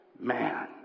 man